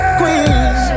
queen